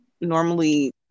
normally